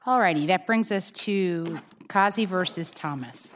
all righty that brings us to kasi versus thomas